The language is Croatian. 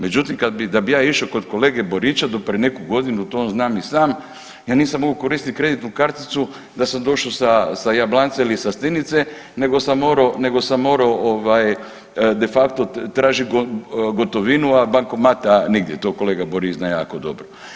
Međutim, kad bi, da bi išao kod kolege Borića do prije neku godinu to znam i sam ja nisam mogao koristiti kreditnu karticu da sam došao sa Jablanca ili sa Stinice nego sam morao, nego sam morao ovaj de facto tražiti gotovinu, a bankomata nigdje, to kolega Borić zna jako dobro.